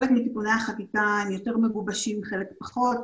חלק מתיקוני החקיקה יותר מגובשים וחלק פחות.